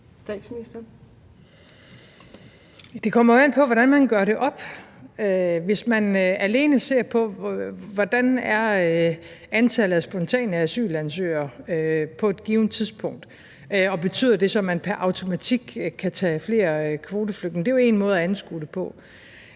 Det kommer jo an på, hvordan man gør det op. Hvis man alene ser på, hvordan antallet af spontane asylansøgere på et givent tidspunkt er, og om det så betyder, at man pr. automatik kan tage flere kvoteflygtninge, så er det jo én måde at anskue det på.